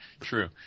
True